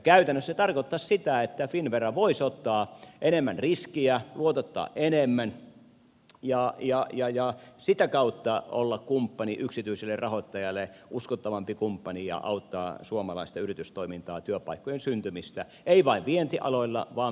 käytännössä se tarkoittaisi sitä että finnvera voisi ottaa enemmän riskiä luotottaa enemmän ja sitä kautta olla uskottavampi kumppani yksityiselle rahoittajalle ja auttaa suomalaista yritystoimintaa työpaikkojen syntymistä ei vain vientialoilla vaan